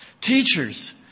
Teachers